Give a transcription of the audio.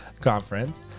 conference